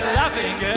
laughing